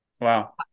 Wow